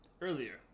earlier